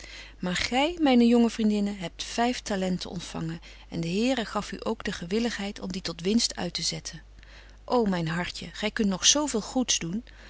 maar gy myne jonge vriendinne hebt vyf talenten ontfangen en de here gaf u ook de gewilligheid om die tot winst uit te zetten ô myn hartje gy kunt nog zo veel goeds doen